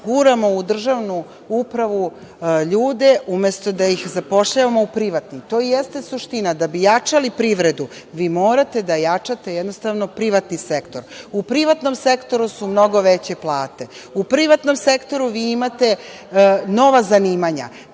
guramo u državnu upravu ljude umesto da ih zapošljavamo u privatni. To i jeste suština, da bi jačali privredu vi morate da jačate jednostavno privatni sektor.U privatnom sektoru su mnogo veće plate, u privatnom sektoru vi imate nova zanimanja,